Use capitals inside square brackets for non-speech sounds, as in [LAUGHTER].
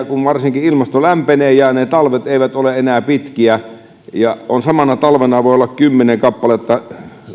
[UNINTELLIGIBLE] kun ilmasto lämpenee ja ne talvet eivät ole enää pitkiä ja samana talvena voi olla kymmenen kappaletta